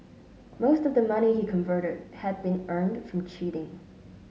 most of the money he converted had been earned from cheating